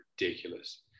ridiculous